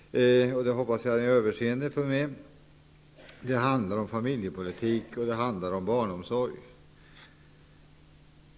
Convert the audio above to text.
Jag hoppas att ni har överseende med det. Det handlar om familjepolitik och barnomsorg.